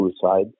suicide